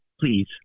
please